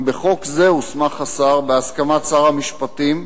גם בחוק זה הוסמך השר, בהסכמת שר המשפטים,